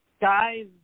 guys